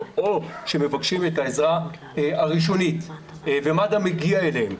או שמבקשים את העזרה הראשונית ומד"א מגיע אליהם.